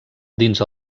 dins